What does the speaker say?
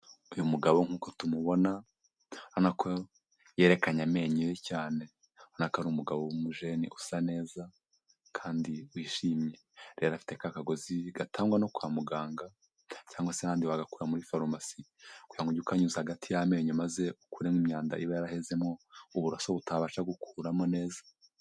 Uyu mugabo nk'uko tumubona urabona ko yerekanye amenyo ye cyane, urabona ko ari umugabo w'umujeni usa neza kandi wishimye. Rero afite ka kagozi gatangwa no kwa muganga cyangwa se ahandi bagakura muri farumasi kugira ngo ujye ukanyuze hagati y'amenyo maze ukuremo imyanda iba yarahezemo uburoso butabasha gukuramo neza.